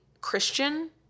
christian